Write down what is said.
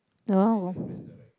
oh